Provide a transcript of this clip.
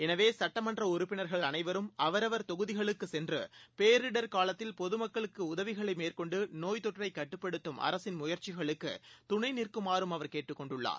எனவே சட்டமன்றஉறுப்பினா்கள் அனைவரும் அவரவர் தொகுதிகளுக்குசென்றுபேரிடர்காலத்தில் பொதுமக்களுக்குஉதவிகளைமேற்கொண்டுநோய்த்தொற்றைக் கட்டுப்படுத்தம் அரசின் முயற்சிகளுக்குதுணைநிற்குமாறும் அவர் கேட்டுக் கொண்டுள்ளார்